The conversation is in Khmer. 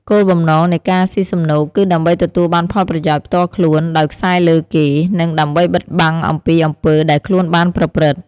គោលបំណងនៃការស៊ីសំណូក គឺដើម្បីទទួលបានផលប្រយោជន៍ផ្ទាល់ខ្លួន ដោយខ្សែលើគេ និងដើម្បីបិតបាំងអំពីអំពើដែលខ្លួនបានប្រព្រឹត្តិ។